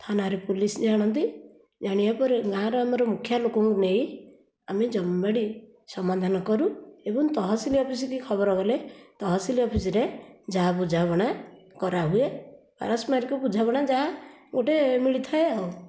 ଥାନାରେ ପୋଲିସ୍ ଜାଣନ୍ତି ଜାଣିବାପରେ ଗାଁର ଆମର ମୁଖିଆ ଲୋକଙ୍କୁ ନେଇ ଆମେ ଜମିବାଡ଼ି ସମାଧାନ କରୁ ଏବଂ ତହସିଲ ଅଫିସକି ଖବର ଗଲେ ତହସିଲ ଅଫିସରେ ଯାହା ବୁଝାମଣା କରାହୁଏ ପାରସ୍ପରିକ ବୁଝାମଣା ଯାହା ଗୋଟେ ମିଳିଥାଏ ଆଉ